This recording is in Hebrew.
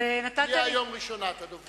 תהיה היום הראשונה בין הדוברים.